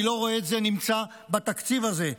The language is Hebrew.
אני לא רואה שזה נמצא בתקציב הזה.